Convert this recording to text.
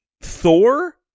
Thor